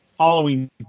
Halloween